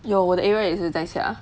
有我的 area 也是在下